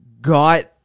got